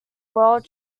world